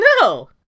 No